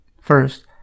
First